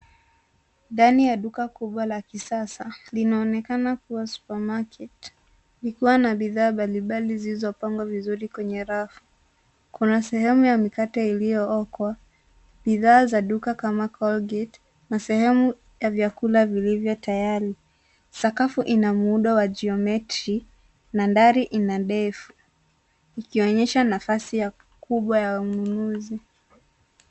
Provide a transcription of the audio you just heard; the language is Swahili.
Ndani ya duka kubwa la kisasa, linaonekana kuwa supermarket likiwa na bidhaa mbalimbali zililopangwa vizuri kwenye rafu. Kuna sehemu ya mikate iliyookwa, bidhaa za duka kama Colgate na sehemu ya vyakula vilivyo tayari. Sakafu ina muundo wa jiometri na dari ina ndefu ikionyesha nafasi kubwa ya ununuzi.